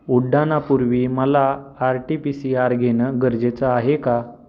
उड्डाणापूर्वी मला R T P C R घेणं गरजेचं आहे का